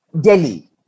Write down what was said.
Delhi